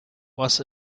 was